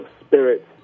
spirit